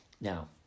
Now